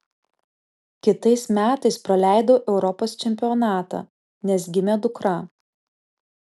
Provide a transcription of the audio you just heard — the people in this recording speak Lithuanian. kitais metais praleidau europos čempionatą nes gimė dukra